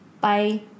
Bye